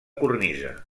cornisa